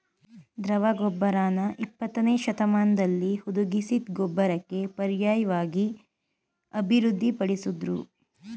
ದ್ರವ ಗೊಬ್ಬರನ ಇಪ್ಪತ್ತನೇಶತಮಾನ್ದಲ್ಲಿ ಹುದುಗಿಸಿದ್ ಗೊಬ್ಬರಕ್ಕೆ ಪರ್ಯಾಯ್ವಾಗಿ ಅಭಿವೃದ್ಧಿ ಪಡಿಸುದ್ರು